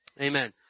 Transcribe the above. amen